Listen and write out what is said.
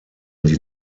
die